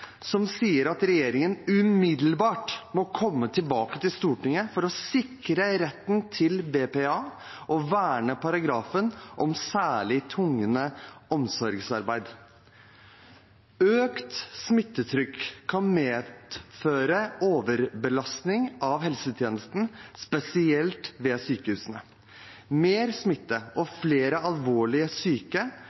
som sier at regjeringen umiddelbart må komme tilbake til Stortinget for å sikre retten til BPA og verne paragrafen om særlig tyngende omsorgsarbeid. Økt smittetrykk kan medføre overbelastning av helsetjenesten, spesielt ved sykehusene. Mer smitte og flere alvorlig syke